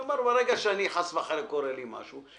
אני אומר אם חס וחלילה קורה לי משהו,